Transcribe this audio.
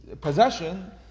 possession